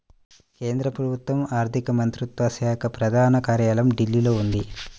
కేంద్ర ప్రభుత్వ ఆర్ధిక మంత్రిత్వ శాఖ ప్రధాన కార్యాలయం ఢిల్లీలో ఉంది